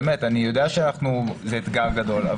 באמת, אני יודע שזה אתגר גדול.